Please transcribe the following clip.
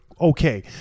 Okay